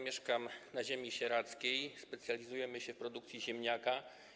Mieszkam na ziemi sieradzkiej, gdzie specjalizujemy się w produkcji ziemniaka.